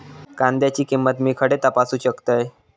कांद्याची किंमत मी खडे तपासू शकतय?